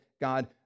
God